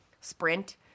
sprint